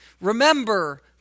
Remember